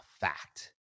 fact